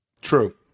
True